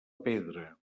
pedra